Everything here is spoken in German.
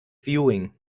viewing